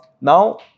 Now